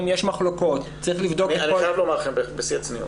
אני חייב לומר לכם בשיא הצניעות.